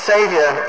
Savior